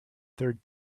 third